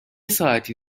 ساعتی